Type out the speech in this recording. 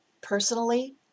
personally